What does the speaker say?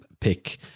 pick